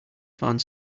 found